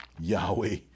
yahweh